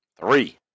Three